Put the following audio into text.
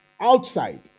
outside